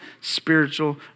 spiritual